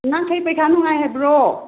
ꯑꯉꯥꯡꯈꯩ ꯄꯩꯈꯥ ꯅꯨꯡꯉꯥꯏ ꯍꯥꯏꯕ꯭ꯔꯣ